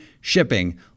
shipping